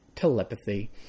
telepathy